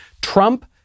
Trump